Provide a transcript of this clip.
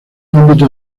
ámbito